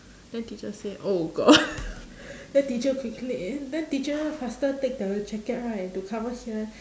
then teacher say oh god then teacher quickly i~ then teacher faster take the jacket right to cover here